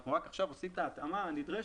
רק עכשיו אנחנו עושים את ההתאמה הנדרשת